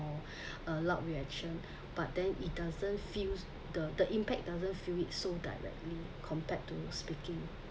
a loud reaction but then it doesn't feels the the impact doesn't feel it so directly compared to speaking